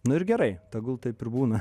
nu ir gerai tegul taip ir būna